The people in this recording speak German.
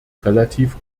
relativ